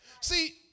See